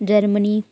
Germany